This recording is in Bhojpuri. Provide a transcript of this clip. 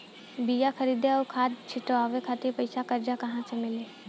बीया खरीदे आउर खाद छिटवावे खातिर पईसा कर्जा मे कहाँसे मिली?